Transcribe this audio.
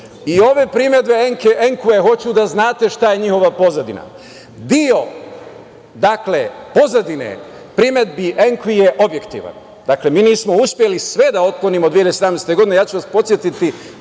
I ove primedbe ENKVA, hoću da znate šta je njihova pozadina. Deo pozadine primedbi ENKVA je objektivan, dakle mi nismo uspeli sve da otklonimo 2017. godine. Ja ću vas podsetiti